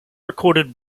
recorded